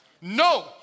No